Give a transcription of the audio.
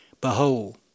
Behold